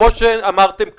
כפי שאמרתם כאן,